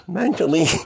mentally